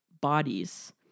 bodies